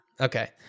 Okay